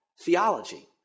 theology